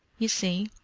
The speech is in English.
you see,